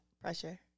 pressure